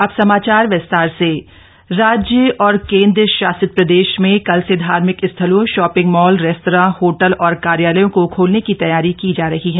unlock राज्य और केंद्रशासित प्रदेश में कल से धार्मिक स्थलों शॉपिंग मॉल रेस्तरा होटल और कार्यालयों को खोलने की तैयारी की जा रही हैं